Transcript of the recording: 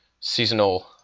seasonal